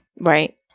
Right